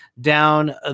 down